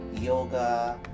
yoga